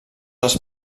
els